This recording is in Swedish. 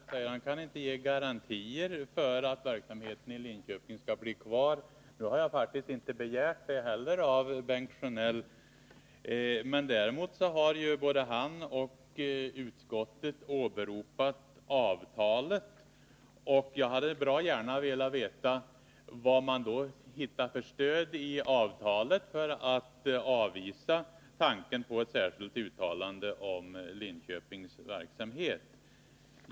Herr talman! Bengt Sjönell säger att han inte kan ge garantier för att verksamheten i Linköping skall bli kvar. Jag har faktiskt inte heller begärt det av honom. Däremot har både han och utskottet åberopat avtalet. Jag hade bra gärna velat veta vad man hittar för stöd i avtalet för att avvisa tanken på ett särskilt uttalande om Linköpings verksamhet.